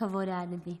הכבוד ההדדי.